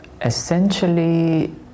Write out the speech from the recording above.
Essentially